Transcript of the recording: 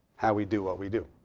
how we do what we do,